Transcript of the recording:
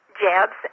jabs